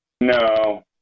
No